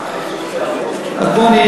אז בוא,